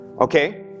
okay